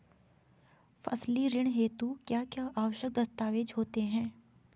फसली ऋण हेतु क्या क्या आवश्यक दस्तावेज़ होते हैं?